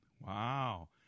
Wow